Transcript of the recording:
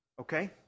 okay